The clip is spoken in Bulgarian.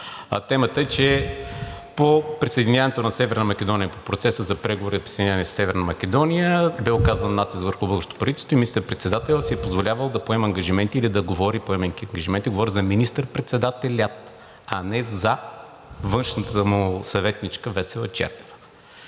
темата е, че по присъединяването на Северна Македония – в процеса на преговори за присъединяването на Северна Македония, бе оказан натиск върху българското правителство и министър-председателят си е позволявал да поема ангажименти или да говори, поемайки ангажименти. Говоря за министър-председателя, а не за външната му съветничка Весела Чернева.